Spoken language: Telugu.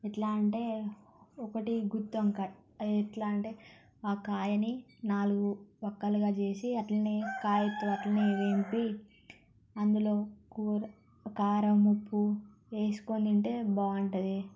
ఎట్లా అంటే ఒకటి గుత్తొంకాయ్ అది ఎట్లా అంటే ఆ కాయని నాలుగు పక్కాలగా చేసి అట్లనే కాయతో అట్లనే వేంపి అందులో కూర కారం ఉప్పు వేసుకుని తింటే బాగుంటుంది